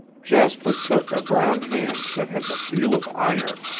jasper took a brown hand that had the feel of iron.